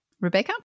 Rebecca